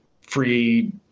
free